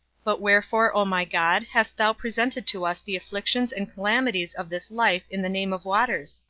but wherefore, o my god, hast thou presented to us the afflictions and calamities of this life in the name of waters?